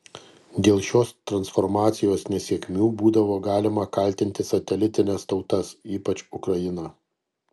dėl šios transformacijos nesėkmių būdavo galima kaltinti satelitines tautas ypač ukrainą